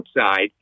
outside